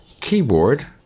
keyboard